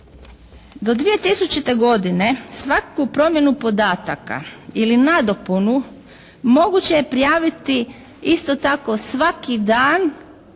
Do 2000. godine svaku promjenu podataka ili nadopunu moguće je prijaviti isto tako svaki dan